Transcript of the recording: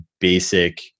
basic